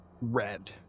red